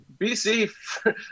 BC